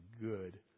good